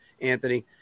Anthony